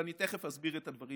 ואני תכף אסביר את הדברים,